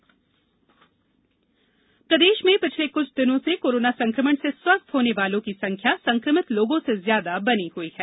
corona प्रदेश प्रदेश में पिछले कुछ दिनों से कोरोना संक्रमण से स्वस्थ होने वालों की संख्या संक्रमित लोगों से ज्यादा बनी हुई है